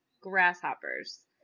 grasshoppers